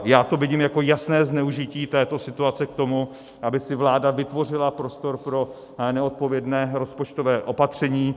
Já to vidím jako jasné zneužití této situace k tomu, aby si vláda vytvořila prostor pro neodpovědné rozpočtové opatření.